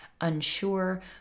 unsure